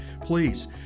Please